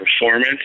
performance